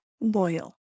loyal